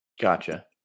Gotcha